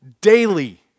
Daily